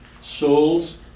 souls